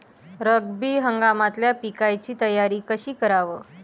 रब्बी हंगामातल्या पिकाइची तयारी कशी कराव?